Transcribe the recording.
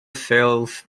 sails